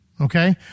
Okay